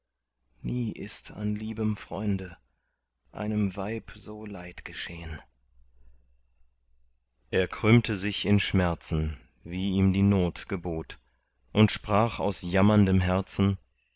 nie ist an liebem freunde einem weib so leid geschehn er krümmte sich in schmerzen wie ihm die not gebot und sprach aus jammerndem herzen